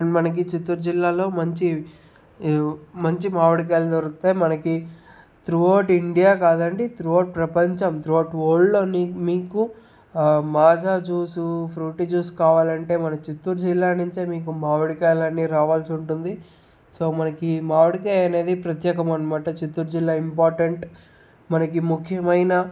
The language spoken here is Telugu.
మనకి చిత్తూరు జిల్లాలో మంచి మంచి మావిడికాయలు దొరుకుతాయి మనకి త్రు అవుట్ ఇండియా కాదండి త్రు అవుట్ ప్రపంచం త్రు అవుట్ వరల్డ్లో మీకు మజా జ్యూసు ఫ్రూటీ జ్యూసు కావాలంటే మన చిత్తూరు జిల్లా నుంచే మీకు కాయాలనేది రావాల్సి ఉంటుంది సో మామీడికాయ అనేది ప్రత్యేకం అనమాట మన చిత్తూరు జిల్లాలో ఇంపార్టెంట్ మనకి ముఖ్యమైన